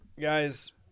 Guys